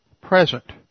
present